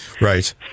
Right